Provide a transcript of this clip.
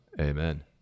Amen